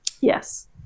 Yes